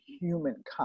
humankind